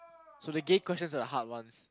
so the gay questions are the hard ones